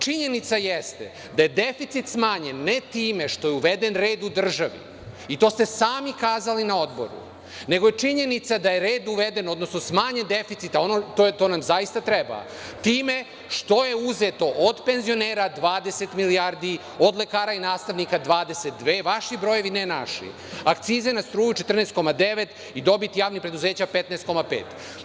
Činjenica jeste da je deficit smanjen, ne time što je uveden red u državi, i to ste sami kazali na odboru, nego je činjenica da je red uveden, odnosno smanjen deficit, a to nam zaista treba, time što je uzeto od penzionera 20 milijardi, od lekara i nastavnika 22, vaši brojevi ne naši, akcize na struju 14,9 i dobit javnih predzeća 15,5.